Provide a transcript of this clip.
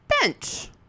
bench